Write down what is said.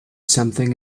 something